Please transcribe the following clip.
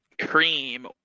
Cream